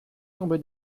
tomber